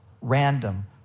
random